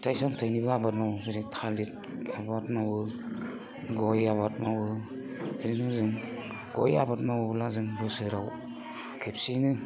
फिथाइ सामथाइ निबो आबाद मावो जेरै थालिर आबाद मावो गय आबाद मावो खिन्थु जों गय आबाद मावोब्ला जों बोसोराव खेबसेयै